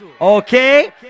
Okay